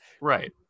Right